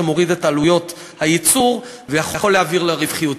זה מוריד את עלויות הייצור ויכול להעביר לרווחיות.